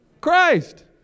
Christ